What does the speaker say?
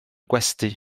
gwesty